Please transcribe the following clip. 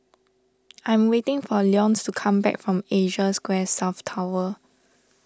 I am waiting for Leonce to come back from Asia Square South Tower